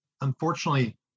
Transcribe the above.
unfortunately